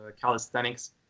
calisthenics